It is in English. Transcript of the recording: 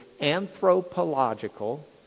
anthropological